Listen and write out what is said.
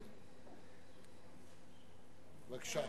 כן, בבקשה.